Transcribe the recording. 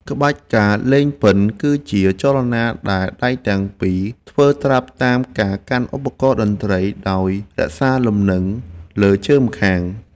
ក្បាច់ ការលេងពិណ គឺជាចលនាដែលដៃទាំងពីរធ្វើត្រាប់តាមការកាន់ឧបករណ៍តន្ត្រី ដោយរក្សាលំនឹងលើជើងម្ខាង។